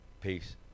Peace